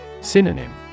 Synonym